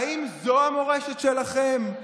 האם זו המורשת שלכם?